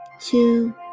two